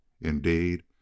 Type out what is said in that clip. indeed